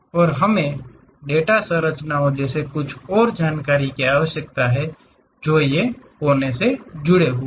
और हमें डेटा संरचनाओं जैसे कुछ और जानकारी की आवश्यकता है जो ये कोने से जुड़े हुए हैं जुड़े हुए हैं